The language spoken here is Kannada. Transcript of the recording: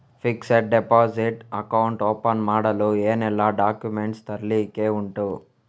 ಫಿಕ್ಸೆಡ್ ಡೆಪೋಸಿಟ್ ಅಕೌಂಟ್ ಓಪನ್ ಮಾಡಲು ಏನೆಲ್ಲಾ ಡಾಕ್ಯುಮೆಂಟ್ಸ್ ತರ್ಲಿಕ್ಕೆ ಉಂಟು?